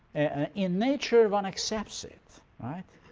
in nature one accepts it.